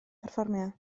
perfformio